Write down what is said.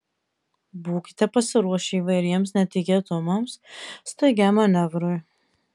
būkite pasiruošę įvairiems netikėtumams staigiam manevrui